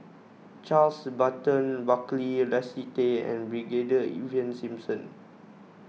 Charles Burton Buckley Leslie Tay and Brigadier Ivan Simson